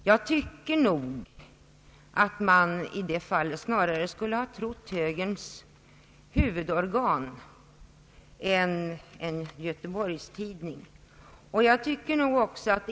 Jag tycker nog att man i detta fall snarare skulle ha trott högerns huvudorgan än en Göteborgstidning.